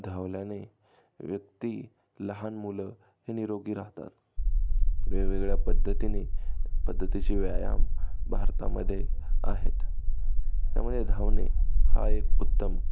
धावल्याने व्यक्ती लहान मुलं हे निरोगी राहतात वेगवेगळ्या पद्धतीने पद्धतीचे व्यायाम भारतामध्ये आहेत त्यामध्ये धावणे हा एक उत्तम